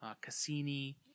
Cassini